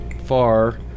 far